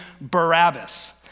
Barabbas